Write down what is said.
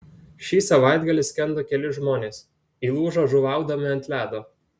šį savaitgalį skendo keli žmonės įlūžo žuvaudami ant ledo